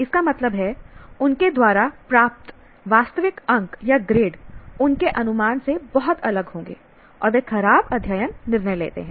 इसका मतलब है उनके द्वारा प्राप्त वास्तविक अंक या ग्रेड उनके अनुमान से बहुत अलग होंगे और वे खराब अध्ययन निर्णय लेते हैं